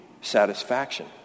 satisfaction